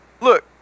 Look